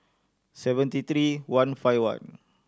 seventy three one five one